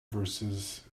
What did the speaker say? verses